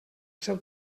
seu